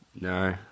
No